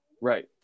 Right